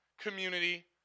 community